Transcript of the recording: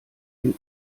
dem